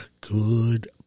good